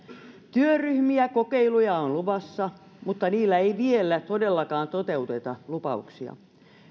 työryhmiä kokeiluja on luvassa mutta niillä ei vielä todellakaan toteuteta lupauksia